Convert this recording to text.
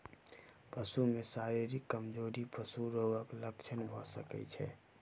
पशु में शारीरिक कमजोरी पशु रोगक लक्षण भ सकै छै